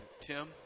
Tim